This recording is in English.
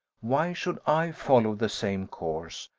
why should i follow the same course,